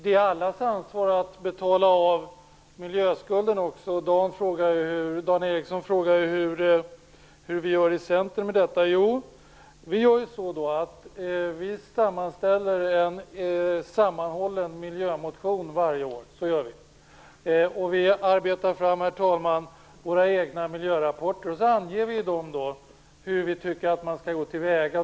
Det är allas ansvar att betala av miljöskulden också. Dan Ericsson frågade hur vi i Centern gör med detta. Vi sammanställer en sammanhållen miljömotion varje år, och vi arbetar fram våra egna miljörapporter. Sedan anger vi i dem hur vi anser att man skall gå till väga.